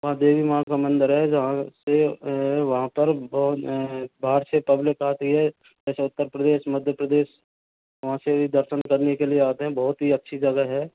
वहाँ देवी माँ का मंदिर है जहाँ से वहाँ पर बाहर से पब्लिक आती है जैसे उत्तर प्रदेश मध्य प्रदेश वहाँ से भी दर्शन करने के लिए आते हैं बहुत ही अच्छी जगह है